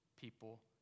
people